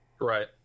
right